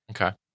Okay